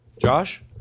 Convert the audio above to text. Josh